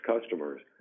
customers